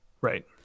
Right